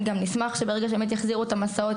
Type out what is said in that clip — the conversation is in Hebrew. נשמח שברגע שבאמת יחזירו את המסעות,